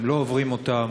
הם לא עוברים אותם,